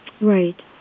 Right